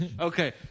Okay